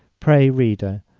pray, reader,